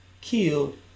killed